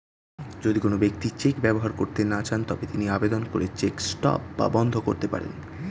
যদি কোন ব্যক্তি চেক ব্যবহার করতে না চান তবে তিনি আবেদন করে চেক স্টপ বা বন্ধ করতে পারেন